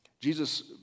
Jesus